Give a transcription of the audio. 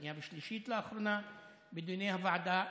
שנייה ושלישית בדיוני הוועדה.